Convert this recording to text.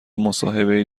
مصاحبه